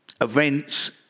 events